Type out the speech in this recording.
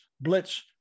blitz